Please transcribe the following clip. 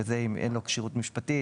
וזה אם אין לו כשירות משפטית,